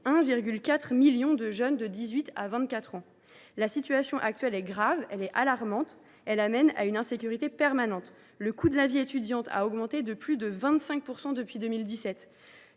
1,4 million de jeunes de 18 à 24 ans. La situation actuelle est grave, même alarmante. Elle conduit à une insécurité permanente, le coût de la vie étudiante ayant augmenté de plus de 25 % depuis 2017.